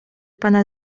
pana